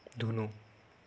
ধুনু